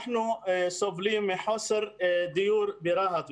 אנחנו מסובלים מחוסר דיור ברהט,